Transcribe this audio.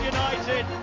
United